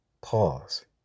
pause